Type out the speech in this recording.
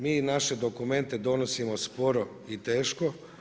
Mi naše dokumente donosimo sporo i teško.